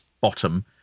bottom